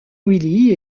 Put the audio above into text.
willie